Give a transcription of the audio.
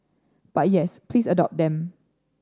but yes please adopt them